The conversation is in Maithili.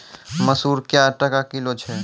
मसूर क्या टका किलो छ?